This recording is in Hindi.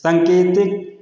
संकेतिक